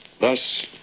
Thus